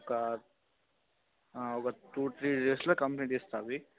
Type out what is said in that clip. ఒక ఒక two three డేస్లో కంప్లీట్ చేస్తాను అవి